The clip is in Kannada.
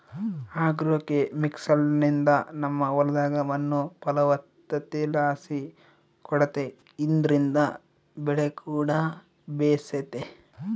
ಆಗ್ರೋಕೆಮಿಕಲ್ಸ್ನಿಂದ ನಮ್ಮ ಹೊಲದಾಗ ಮಣ್ಣು ಫಲವತ್ತತೆಲಾಸಿ ಕೂಡೆತೆ ಇದ್ರಿಂದ ಬೆಲೆಕೂಡ ಬೇಸೆತೆ